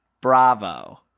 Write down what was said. bravo